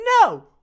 no